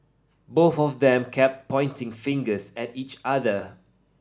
both of them kept pointing fingers at each other